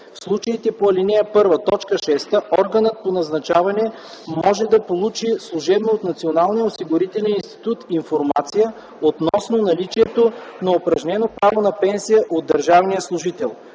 В случаите по ал. 1, т. 6 органът по назначаване може да получи служебно от Националния осигурителен институт информация относно наличието на упражнено право на пенсия от държавния служител.